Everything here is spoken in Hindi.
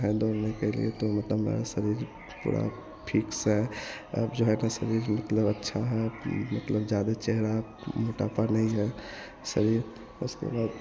है दौड़ने के लिए तो मतलब मेरा शरीर पूरा फिक्स है अब जो है न शरीर मतलब अच्छा है मतलब ज़्यादे चेहरा मोटापा नहीं है शरीर उसके बाद